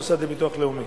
המוסד לביטוח לאומי.